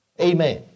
Amen